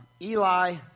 Eli